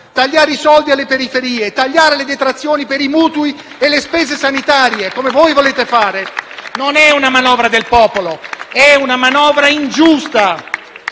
tagliare i soldi alle periferie, tagliare le detrazioni per i mutui e le spese sanitarie - come voi volete fare - non è una manovra del popolo: è una manovra ingiusta.